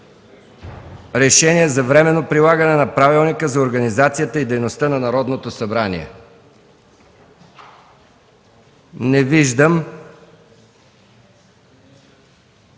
решение за временно прилагане на Правилника за организацията и дейността на Народното събрание? Не виждам.